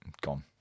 Gone